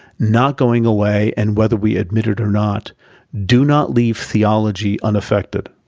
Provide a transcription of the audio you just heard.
not going away, and whether we admit it or not do not leave theology unaffected.